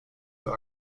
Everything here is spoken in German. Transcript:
für